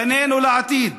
פנינו לעתיד